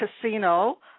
Casino